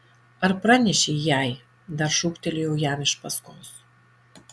ar pranešei jai dar šūktelėjau jam iš paskos